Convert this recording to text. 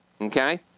okay